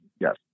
Yes